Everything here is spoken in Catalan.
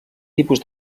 tipus